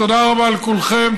תודה רבה לכולכם.